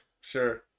Sure